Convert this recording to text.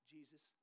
Jesus